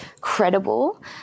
credible